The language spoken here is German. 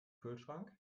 kühlschrank